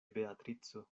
beatrico